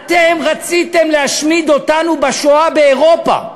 אתם רציתם להשמיד אותנו בשואה באירופה,